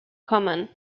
common